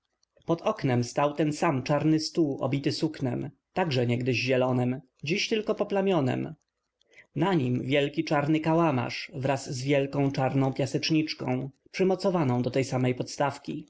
pod oknem stał ten sam czarny stół obity suknem także niegdyś zielonem dziś tylko poplamionem na nim wielki czarny kałamarz wraz z wielką czarną piaseczniczką przymocowaną do tej samej podstawki